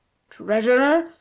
treasurer,